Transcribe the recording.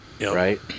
right